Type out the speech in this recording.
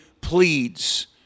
pleads